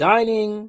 Dining